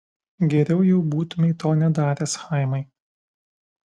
geriau jau būtumei to nedaręs chaimai